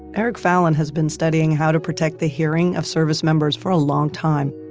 eric fallon has been studying how to protect the hearing of service members for a long time.